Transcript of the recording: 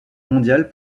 mondial